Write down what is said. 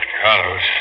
Carlos